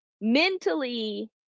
mentally